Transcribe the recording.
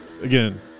Again